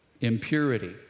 impurity